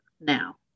now